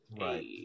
Right